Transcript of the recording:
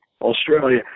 Australia